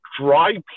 dry